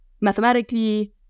mathematically